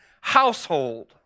household